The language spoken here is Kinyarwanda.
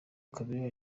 chameleone